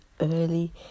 early